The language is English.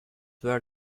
where